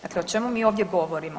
Dakle o čemu mi ovdje govorimo?